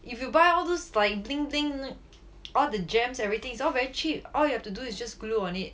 if you buy all those like bling bling all the gems everything is all very cheap all you have to do is just glue on it